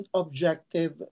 objective